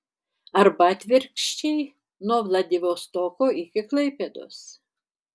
arba atvirkščiai nuo vladivostoko iki klaipėdos